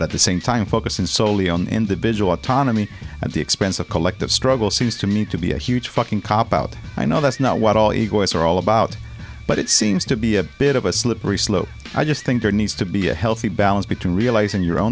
at the same time focusing solely on individual autonomy at the expense of collective struggle seems to me to be a huge fucking cop out i know that's not what all egoists are about but it seems to be a bit of a slippery slope i just think there needs to be a healthy balance between realizing your own